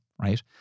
right